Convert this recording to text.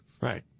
Right